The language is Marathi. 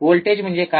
व्होल्टेज म्हणजे काय